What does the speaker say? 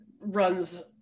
runs